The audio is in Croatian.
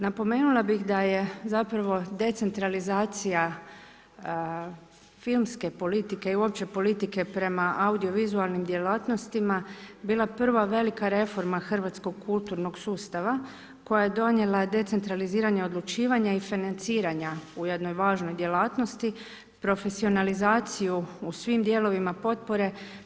Napomenula bi da je zapravo decentralizacija filmske politike i uopće politike prema audiovizualnih djelatnostima, bila prva velika reforma hrvatskog kulturnog sustava, koja je donijela decentraliziranje odlučivanja i financiranja u jednoj važnoj djelatnosti, profesionalizaciju u svim dijelovima potpore.